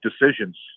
decisions